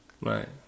Right